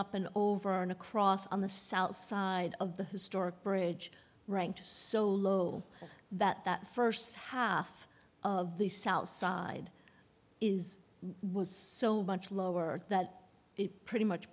up an over on a cross on the south side of the historic bridge ranked so low that that first half of the south side is was so much lower that it pretty much